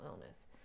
illness